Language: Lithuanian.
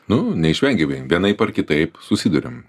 nu neišvengiamai vienaip ar kitaip susiduriam